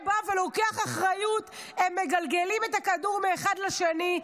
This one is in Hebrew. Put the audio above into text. וייקח אחריות הם מגלגלים את הכדור מאחד לשני.